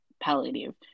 palliative